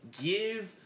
give